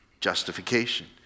justification